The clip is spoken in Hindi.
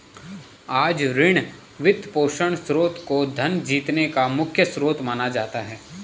आज ऋण, वित्तपोषण स्रोत को धन जीतने का मुख्य स्रोत माना जाता है